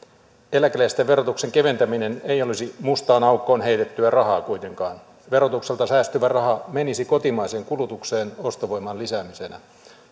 eläkeläisten verotuksen keventäminen ei olisi kuitenkaan mustaan aukkoon heitettyä rahaa verotukselta säästyvä raha menisi kotimaiseen kulutukseen ostovoiman lisäämisenä